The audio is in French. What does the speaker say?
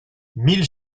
mille